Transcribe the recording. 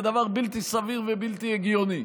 זה דבר בלתי סביר ובלתי הגיוני.